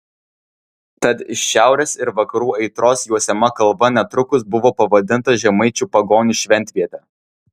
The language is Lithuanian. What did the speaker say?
tad iš šiaurės ir vakarų aitros juosiama kalva netrukus buvo pavadinta žemaičių pagonių šventviete